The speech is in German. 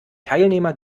teilnehmer